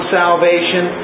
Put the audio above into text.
salvation